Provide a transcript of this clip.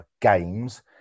games